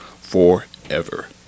forever